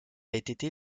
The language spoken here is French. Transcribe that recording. été